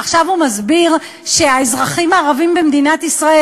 עכשיו הוא מסביר שהאזרחים הערבים במדינת ישראל,